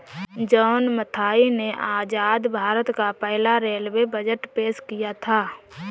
John Mathai ने आजाद भारत का पहला रेलवे बजट पेश किया था